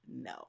no